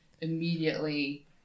immediately